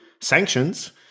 sanctions